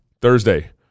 Thursday